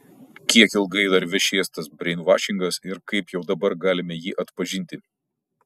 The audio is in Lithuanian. kiek ilgai dar vešės tas breinvašingas ir kaip jau dabar galime jį atpažinti